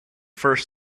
first